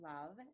Love